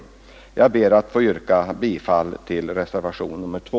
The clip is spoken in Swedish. Jag ber att få yrka bifall till reservationen 2.